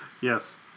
Yes